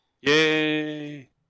yay